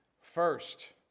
First